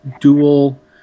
dual